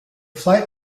flight